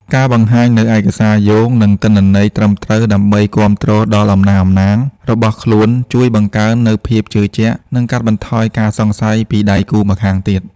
ការបង្ហាញនូវឯកសារយោង និងទិន្នន័យត្រឹមត្រូវដើម្បីគាំទ្រដល់អំណះអំណាងរបស់ខ្លួន ជួយបង្កើននូវភាពជឿជាក់ និងកាត់បន្ថយការសង្ស័យពីដៃគូម្ខាងទៀត។